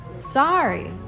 Sorry